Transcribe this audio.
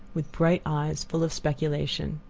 with bright eyes full of speculation.